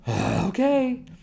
okay